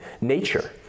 nature